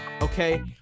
okay